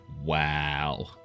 Wow